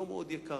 לא מאוד יקרה,